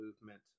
movement